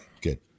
Good